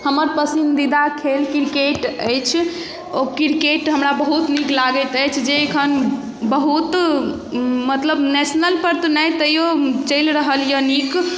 हमर पसन्दीदा खेल क्रिकेट अछि ओ क्रिकेट हमरा बहुत नीक लागैत अछि जे अखन बहुत मतलब नेशनलपर तऽ नहि तैयो चलि रहल यऽ